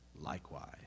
likewise